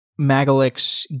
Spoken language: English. Magalix